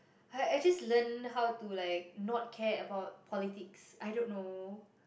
I just learn how to like not care about politics